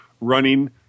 running